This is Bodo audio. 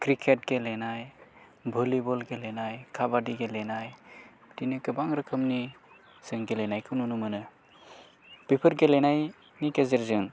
क्रिकेट गेलेनाय भलिबल गेलेनाय काबादि गेलेनाय बिदिनो गोबां रोखोमनि जों गेलेनायखौ नुनो मोनो बेफोर गेलेनायनि गेजेरजों